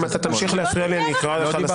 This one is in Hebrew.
אם אתה תמשיך להפריע לי, אני אקרא לך לסדר.